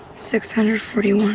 six hundred forty-one